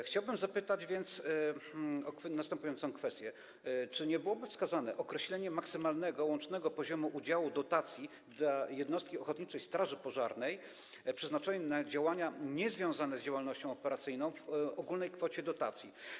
Chciałbym zapytać o następująca kwestię: Czy nie byłoby wskazane określenie maksymalnego łącznego poziomu udziału dotacji dla jednostki ochotniczej straży pożarnej przeznaczonej na działania niezwiązane z działalnością operacyjną w ogólnej kwocie dotacji?